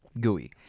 gooey